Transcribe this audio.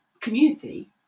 community